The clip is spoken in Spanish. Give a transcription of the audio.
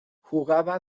jugaba